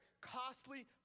costly